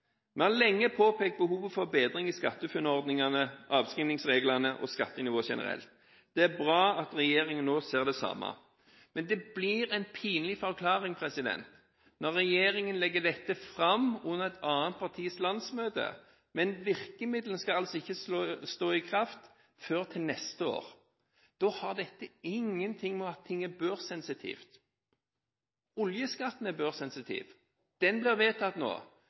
lenge påpekt behovet for bedring i SkatteFUNN-ordningene, avskrivningsreglene og skattenivået generelt. Det er bra at regjeringen nå ser det samme. Men det blir en pinlig forklaring når regjeringen legger dette fram under et annet partis landsmøte, mens virkemidlene altså ikke skal tre i kraft før til neste år. Da har dette ingenting å gjøre med at ting er børssensitivt. Oljeskatten er børssensitiv. Den blir vedtatt nå.